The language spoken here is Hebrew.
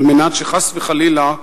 על מנת שחס וחלילה,